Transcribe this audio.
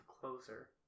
closer